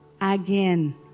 again